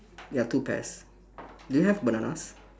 ya two pairs do you have bananas